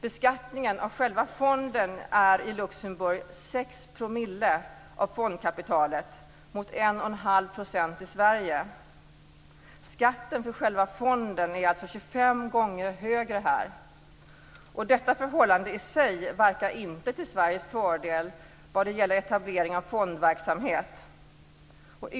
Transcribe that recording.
Beskattningen av själva fonden är i Luxemburg 6 % av fondkapitalet mot 11⁄2 % i Sverige. Skatten för själva fonden är alltså 25 gånger högre här. Detta förhållande i sig verkar inte till Sveriges fördel vad gäller etablering av fondverksamhet.